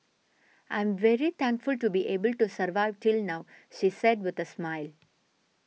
I'm very thankful to be able to survive till now she said with a smile